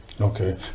okay